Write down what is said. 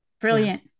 Brilliant